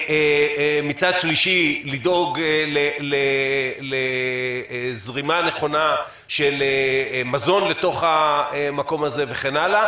לדאוג לזרימה של מזון לשם וכן הלאה